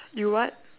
you what